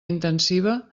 intensiva